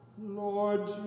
Lord